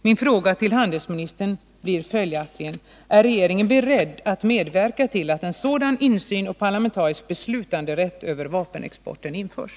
Min fråga till handelsministern blir: Är regeringen beredd att medverka till att en sådan insyn och parlamentarisk beslutanderätt över vapenexporten införs?